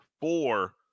four